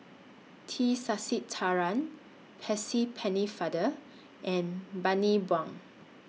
T Sasitharan Percy Pennefather and Bani Buang